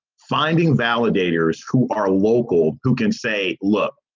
finding validators who are local who can say, look,